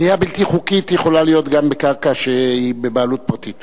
בנייה בלתי חוקית יכולה להיות גם בקרקע שהיא בבעלות פרטית.